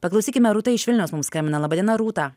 paklausykime rūta iš vilniaus mums skambina laba diena rūta